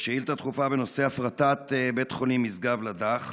שאילתה דחופה בנושא: הפרטת בית החולים משגב לדך.